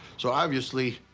so obviously,